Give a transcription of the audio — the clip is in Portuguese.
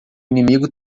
inimigo